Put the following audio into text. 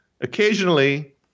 occasionally